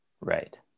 Right